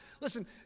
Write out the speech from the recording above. Listen